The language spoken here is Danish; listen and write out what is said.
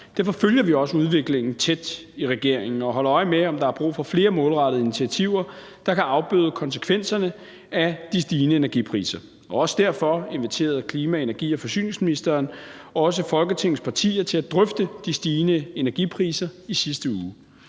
Derfor følger vi også udviklingen tæt i regeringen og holder øje med, om der er brug for flere målrettede initiativer, der kan afbøde konsekvenserne af de stigende energipriser, og derfor inviterede klima-, energi- og forsyningsministeren også Folketingets partier til at drøfte de stigende energipriser i sidste uge.